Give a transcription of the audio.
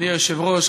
אדוני היושב-ראש,